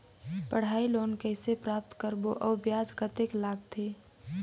पढ़ाई लोन कइसे प्राप्त करबो अउ ब्याज कतेक लगथे?